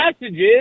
messages